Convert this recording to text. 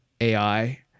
AI